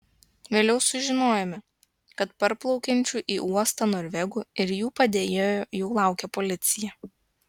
vėliau sužinojome kad parplaukiančių į uostą norvegų ir jų padėjėjo jau laukė policija